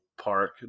park